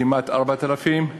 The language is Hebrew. כמעט 4,000,